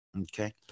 okay